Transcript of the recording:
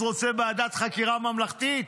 רוצה ועדת חקירה ממלכתית.